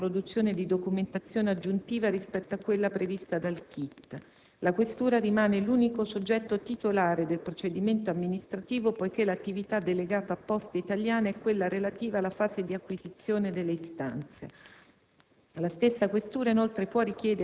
Non esiste, infatti, alcun impedimento alla produzione di documentazione aggiuntiva rispetto a quella prevista dal *kit*. La questura rimane l'unico soggetto titolare del procedimento amministrativo poiché l'attività delegata a Poste Italiane è quella relativa alla fase di acquisizione delle istanze.